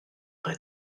pas